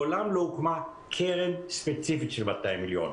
מעולם לא הוקמה קרן ספציפית של 200 מיליון.